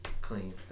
Clean